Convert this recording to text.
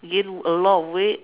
gain a lot of weight